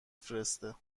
فرسته